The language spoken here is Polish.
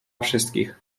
wszystkich